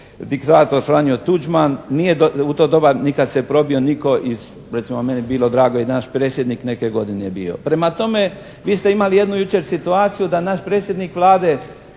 diktator Franjo Tuđman. Nije u to doba ni kad se probio nitko iz recimo, meni je bilo drago i naš predsjednik neke godine je bio. Prema tome, vi ste imali jučer jednu situaciju da naš predsjednik Vlade